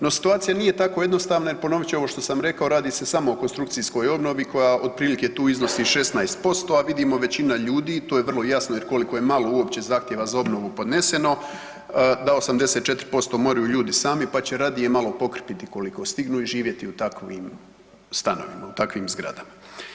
No, situacija nije tako jednostavna i ponovit ću ovo što sam rekao radi se samo o konstrukcijskoj obnovi koja otprilike tu iznosi 16%, a vidimo većina ljudi, to je vrlo jasno jer koliko je malo uopće zahtjeva za obnovu podneseno, da 84% moraju ljudi sami pa će radije malo pokriti di koliko stignu i živjeti u takvim stanovima, u takvim zgradama.